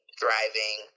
thriving